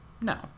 No